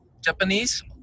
Japanese